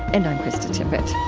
and i'm krista tippett